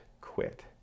quit